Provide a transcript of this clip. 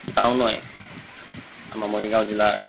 টাউনৰে আমাৰ মৰিগাঁও জিলাৰ